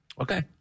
Okay